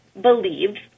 believed